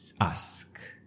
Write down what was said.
ask